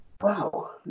Wow